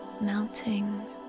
Melting